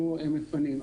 אנחנו מפנים.